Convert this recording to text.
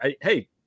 hey